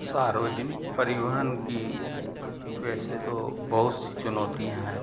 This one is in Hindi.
सार्वजनिक परिवहन की वैसे तो बहुत सी चुनौतियाँ हैं